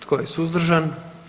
Tko je suzdržan?